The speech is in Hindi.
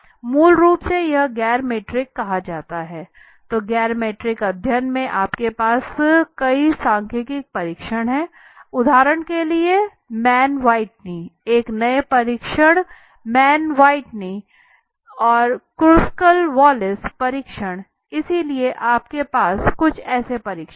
मूल रूप से यह गैर मीट्रिक कहा जाता है तो गैर मीट्रिक अध्ययन में आपके पास कई सांख्यिकीय परीक्षण हैं उदाहरण के लिए मान व्हिटनीएक नया परीक्षण मान व्हिटनी क्रूस्काल वालिस परीक्षण इसलिए आपके पास कुछ परीक्षण है